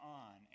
on